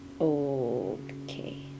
Okay